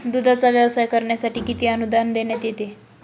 दूधाचा व्यवसाय करण्यासाठी किती अनुदान देण्यात येते?